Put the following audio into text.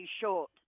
short